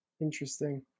interesting